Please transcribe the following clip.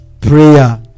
prayer